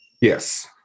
Yes